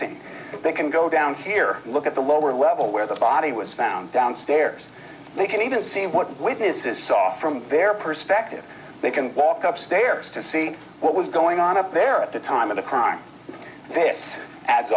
scene they can go down here look at the lower level where the body was found downstairs they can even see what witnesses saw from their perspective they can walk up stairs to see what was going on up there at the time of the crime this a